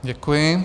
Děkuji.